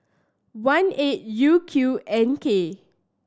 one eight U Q N K